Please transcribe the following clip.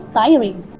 tiring